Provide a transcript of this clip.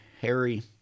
Harry